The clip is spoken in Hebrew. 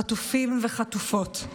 חטופים וחטופות,